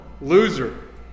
loser